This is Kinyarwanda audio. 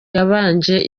yabanje